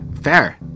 fair